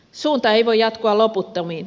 suunta ei voi jatkua loputtomiin